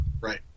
Right